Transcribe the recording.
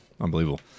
Unbelievable